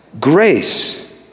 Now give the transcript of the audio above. grace